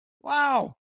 Wow